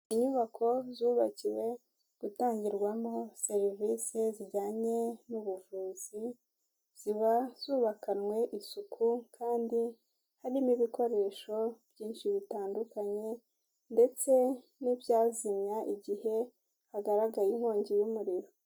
Inyubako zubakiwe gutangirwamo serivisi zijyanye n'ubuvuzi, ziba zubakanwe isuku kandi harimo ibikoresho byinshi bitandukanye ndetse n'ibyazimya igihe hagaragaye inkongi y'umuriro.